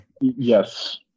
Yes